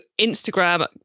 Instagram